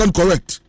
correct